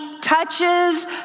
touches